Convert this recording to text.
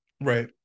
right